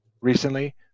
recently